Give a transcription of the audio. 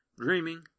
Dreaming